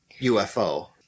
UFO